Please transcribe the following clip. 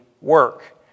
work